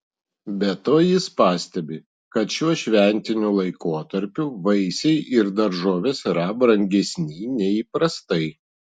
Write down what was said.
be to jis pastebi kad šiuo šventiniu laikotarpiu vaisiai ir daržovės yra brangesni nei įprastai